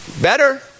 Better